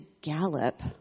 gallop